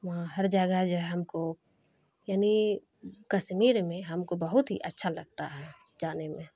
وہاں ہر جگہ جو ہے ہم کو یعنی کشمیر میں ہم کو بہت ہی اچھا لگتا ہے جانے میں